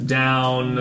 down